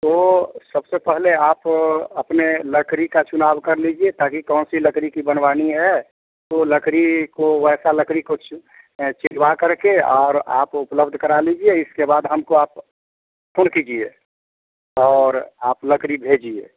तो सबसे पहले आप अपने लकड़ी का चुनाव कर लीजिए ताकि कौन सी लकड़ी की बनवानी है तो लकड़ी को वैसा लकड़ी कुछ चीरवा करके और आप उपलब्ध करा लीजिए इसके बाद हमको आप फोन कीजिए और आप लकड़ी भेजिए